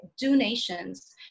donations